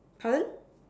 pardon